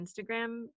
Instagram